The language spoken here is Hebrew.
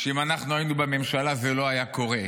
שאם אנחנו היינו בממשלה, זה לא היה קורה.